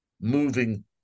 moving